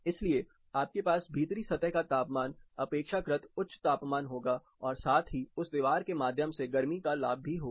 इसलिए आपके पास भीतरी सतह का तापमान अपेक्षाकृत उच्च तापमान होगा और साथ ही उस दीवार के माध्यम से गर्मी का लाभ भी होगा